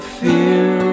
fear